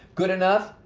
good enough.